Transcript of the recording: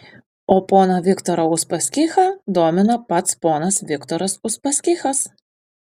o poną viktorą uspaskichą domina pats ponas viktoras uspaskichas